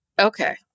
Okay